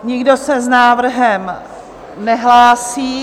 Nikdo se s návrhem nehlásí.